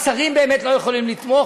השרים באמת לא יכולים לתמוך,